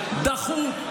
דחוק,